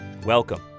Welcome